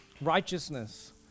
righteousness